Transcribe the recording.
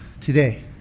today